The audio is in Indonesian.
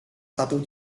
satu